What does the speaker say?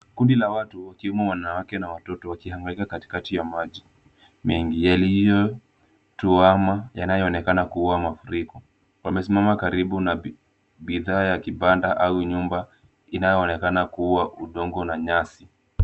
Kundi la watu wakiwemo wanawake na watoto wakihangaika katikati ya maji nyingi yaliyotuama yanayoonekana kuwa mafuriko . Wamesimama karibu na bidhaa ya kibanda au nyumba inayoonekana kuwa udongo wa nyasi.